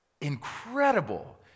incredible